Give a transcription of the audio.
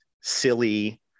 silly